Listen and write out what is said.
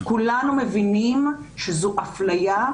כולנו מבינים שזו אפליה,